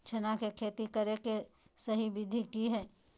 चना के खेती करे के सही विधि की हय?